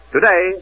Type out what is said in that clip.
Today